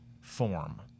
form